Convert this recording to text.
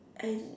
and